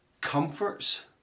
comforts